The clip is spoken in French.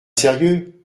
sérieux